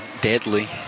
deadly